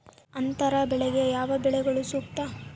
ಅಂತರ ಬೆಳೆಗೆ ಯಾವ ಬೆಳೆಗಳು ಸೂಕ್ತ?